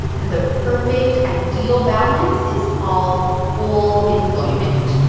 and the perfect, ideal balance is called full employment.